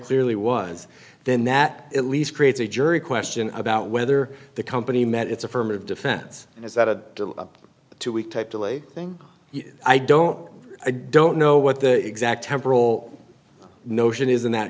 clearly was then that at least creates a jury question about whether the company met its affirmative defense and is that a two week type delay thing i don't i don't know what the exact temporal notion is in that